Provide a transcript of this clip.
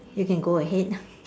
you can go ahead